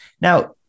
Now